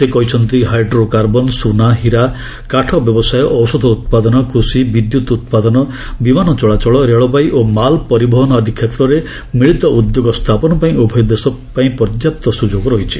ସେ କହିଛନ୍ତି ହାଇଡ୍ରୋକାର୍ବନ୍ ସୁନା ହୀରା କାଠ ବ୍ୟବସାୟ ଔଷଧ ଉତ୍ପାଦନ କୃଷି ବିଦ୍ୟୁତ୍ ଉତ୍ପାଦନ ବିମାନ ଚଳାଚଳ ରେଳବାଇ ଓ ମାଲ୍ ପରିବହନ ଆଦି କ୍ଷେତ୍ରରେ ମିଳିତ ଉଦ୍ୟୋଗ ସ୍ଥାପନ ପାଇଁ ଉଭୟ ଦେଶ ପାଇଁ ପର୍ଯ୍ୟାପ୍ତ ସୁଯୋଗ ରହିଛି